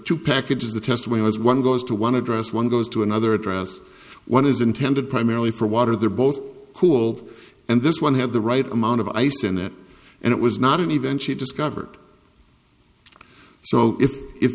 two packages the test where as one goes to one address one goes to another address one is intended primarily for water they're both cool and this one had the right amount of ice in it and it was not and eventually discovered so if if